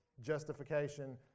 justification